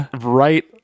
right